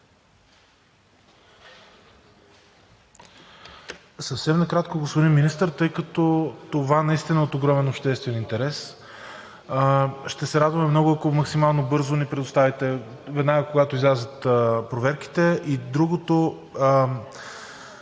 Съвсем накратко, господин Министър, тъй като това наистина е от огромен обществен интерес. Ще се радваме много, ако максимално бързо ни предоставите резултатите – веднага, когато излязат проверките. Другото